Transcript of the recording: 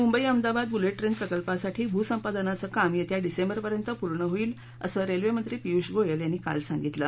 Mumbai Ahmedabad bullet train प्रकल्पासाठी भू संपादनाचं काम येत्या डिसेंबरपर्यंत पूर्ण होईल असं रेल्वे मंत्री पियूष गोयल यांनी काल सांगितलं